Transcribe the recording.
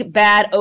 bad